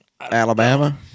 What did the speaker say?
Alabama